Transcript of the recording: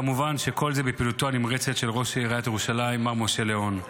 כמובן שכל זה בפעילותו נמרצת של ראש עיריית ירושלים מר משה לאון.